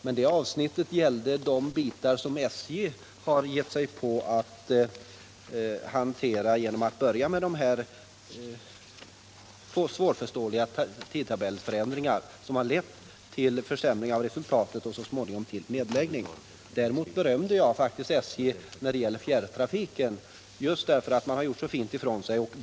Men det avsnittet gällde de bitar som SJ har gett sig på genom att börja med dessa svårförståeliga tidtabellsförändringar, som har lett till försämring av resultatet och så småningom till nedläggning. Däremot berömde jag faktiskt SJ när det gäller fjärrtrafiken därför att man gjort så fint ifrån sig.